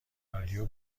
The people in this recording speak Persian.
رادیو